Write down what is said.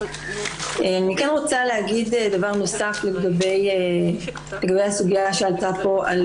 אני רוצה להגיד דבר נוסף לגבי הסוגיה שעלתה פה על